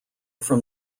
from